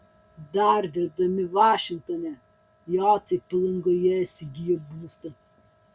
dar dirbdami vašingtone jociai palangoje įsigijo būstą